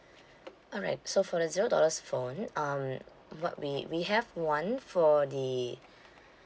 alright so for the zero dollar's phone um what we we have one for the